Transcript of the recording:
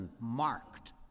marked